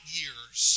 years